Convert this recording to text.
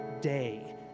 day